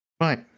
Right